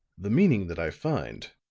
the meaning that i find,